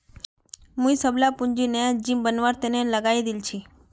मुई सबला पूंजी नया जिम बनवार तने लगइ दील छि